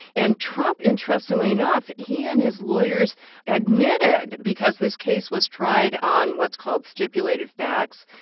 and trump interestingly enough, he and his lawyers admitted because this case was tried on what's called stipulated facts,